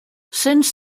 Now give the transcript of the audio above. since